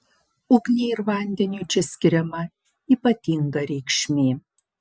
ugniai ir vandeniui čia skiriama ypatinga reikšmė